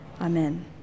Amen